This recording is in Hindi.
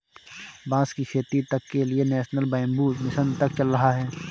बांस की खेती तक के लिए नेशनल बैम्बू मिशन तक चल रहा है